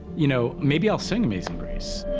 you know, maybe i'll sing amazing grace